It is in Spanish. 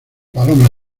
paloma